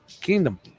kingdom